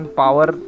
power